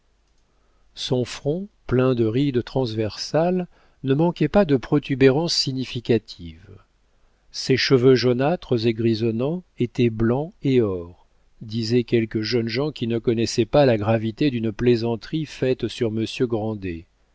son front plein de rides transversales ne manquait pas de protubérances significatives ses cheveux jaunâtres et grisonnants étaient blanc et or disaient quelques jeunes gens qui ne connaissaient pas la gravité d'une plaisanterie faite sur